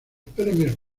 premios